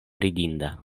ridinda